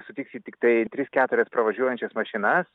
sutiksi tiktai tris keturias pravažiuojančias mašinas